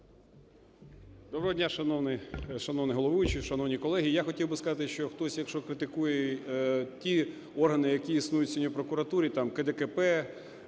Доброго дня, шановний головуючий, шановні колеги! Я хотів би сказати, що хтось якщо критикує ті органи, які існують сьогодні в прокуратурі – там КДКП,